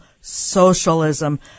Socialism